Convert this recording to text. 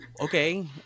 Okay